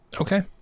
Okay